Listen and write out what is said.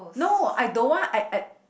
no I don't want I I